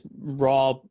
raw